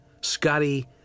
Scotty